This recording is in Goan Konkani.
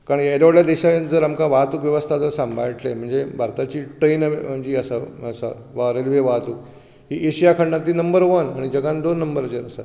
कारण येद्या व्हडल्या देशांत जर आमकां वाहतूक वेवस्था जर सांबाळटले म्हणजे भारताची ट्रेन जी आसा वा रेल्वे वाहतूक ही एशिया खंडातली नंबर वन आनी जगांत दोन नंबराचेर आसा